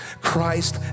Christ